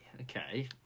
okay